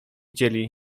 dzieli